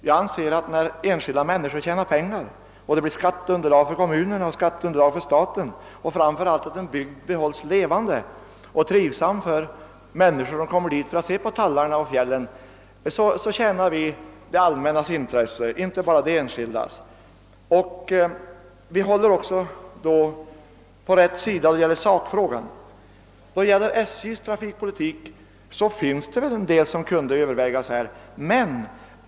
Jag anser att när enskilda människor tjänar pengar, så att det blir skatteunderlag för kommunerna och för staten och möjligheter skapas att bibehålla bygden levande och trivsam för människor som kommer dit för att se på tallarna och fjällen, gagnar man det allmännas intresse och inte bara de enskildas. Vi är då också på rätt sida i sakfrågan. Vad beträffar SJ:s trafikpolitik finns det väl en del som kunde övervägas.